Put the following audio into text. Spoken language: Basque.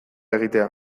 egitea